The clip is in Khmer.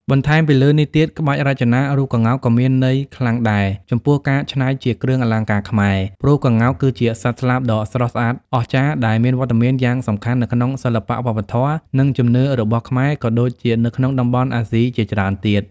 បន្ថែមលើនេះទៀត ក្បាច់រចនារូបក្ងោកក៏មានន័យខ្លាំងដែរចំពោះការច្នៃជាគ្រឿងអលង្ការខ្មែរ ព្រោះក្ងោក គឺជាសត្វស្លាបដ៏ស្រស់ស្អាតអស្ចារ្យ ដែលមានវត្តមានយ៉ាងសំខាន់នៅក្នុងសិល្បៈ វប្បធម៌ និងជំនឿរបស់ខ្មែរ ក៏ដូចជានៅក្នុងតំបន់អាស៊ីជាច្រើនទៀត។